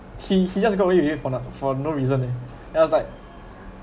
he he just got away with it for not for no reason eh and was like